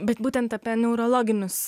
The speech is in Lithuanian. bet būtent apie neurologinius